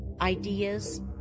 ideas